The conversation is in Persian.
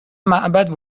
معبد